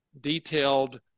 detailed